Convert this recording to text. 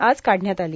आज काढण्यात आली